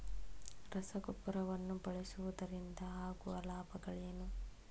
ರಸಗೊಬ್ಬರವನ್ನು ಬಳಸುವುದರಿಂದ ಆಗುವ ಲಾಭಗಳೇನು?